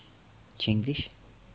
chinglish